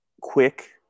quick